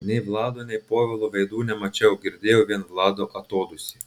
nei vlado nei povilo veidų nemačiau girdėjau vien vlado atodūsį